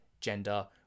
gender